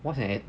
what's an e~